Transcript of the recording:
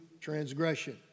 transgression